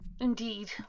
Indeed